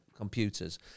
Computers